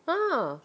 ah